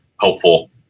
helpful